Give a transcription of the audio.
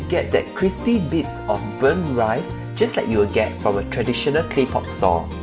get that crispy bits of burnt rice just like you will get from a traditional clay pot store